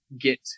get